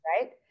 right